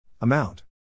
amount